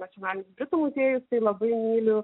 nacionalinis britų muziejus tai labai myliu